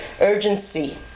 urgency